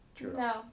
No